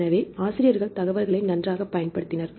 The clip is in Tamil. எனவே ஆசிரியர்கள் தகவல்களை நன்றாகப் பயன்படுத்தினர்